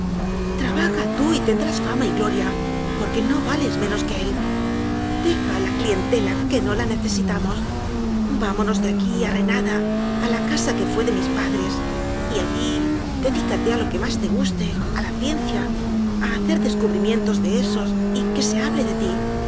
trabaja tú y tendrás fama y gloria por que no vales menos que él deja la clientela que no la necesitamos vámonos de aquí a renada a la casa que fué de mis padres y allí dedícate a lo que más té guste a la cien cia a hacer descubrimientos de esos y que se hable de ti